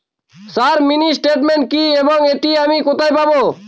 Sir mini statement কি এবং এটি আমি কোথায় পাবো?